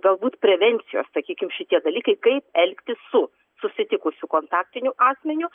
galbūt prevencijos sakykim šitie dalykai kaip elgtis su susitikus su kontaktiniu asmeniu